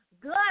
Good